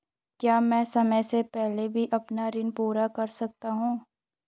क्या मैं समय से पहले भी अपना ऋण पूरा कर सकता हूँ?